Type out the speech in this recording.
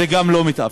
גם זה לא מתאפשר.